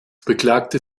beklagte